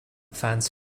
fans